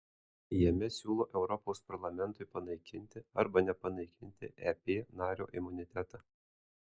jame siūlo europos parlamentui panaikinti arba nepanaikinti ep nario imunitetą